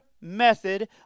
method